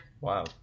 Wow